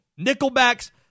Nickelbacks